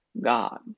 God